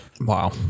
Wow